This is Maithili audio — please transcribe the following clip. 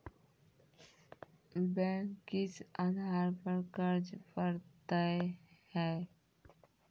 बैंक किस आधार पर कर्ज पड़तैत हैं?